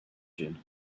dune